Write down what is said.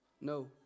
no